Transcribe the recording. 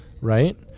right